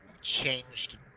changed